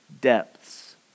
depths